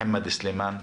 מחמד סלימאן,